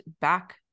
back